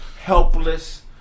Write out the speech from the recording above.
helpless